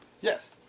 Yes